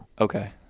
Okay